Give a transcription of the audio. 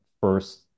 first